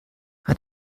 hat